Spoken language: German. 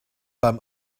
beim